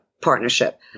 partnership